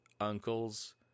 uncles